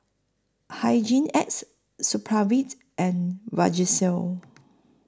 Hygin X Supravit and Vagisil